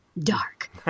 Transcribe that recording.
dark